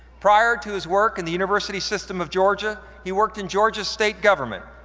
prior to his work in the university system of georgia, he worked in georgia state government.